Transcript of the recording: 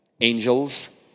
angels